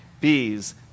bees